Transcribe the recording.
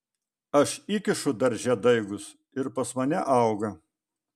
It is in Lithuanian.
aš įkišu darže daigus ir pas mane auga